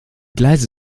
gleise